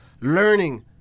learning